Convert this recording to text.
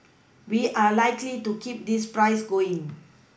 we are likely to keep this price going